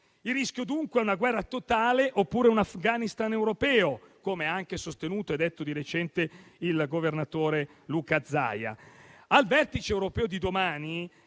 Il rischio, dunque, è una guerra totale, oppure un Afghanistan europeo, come ha sostenuto di recente anche il governatore Luca Zaia.